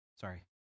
Sorry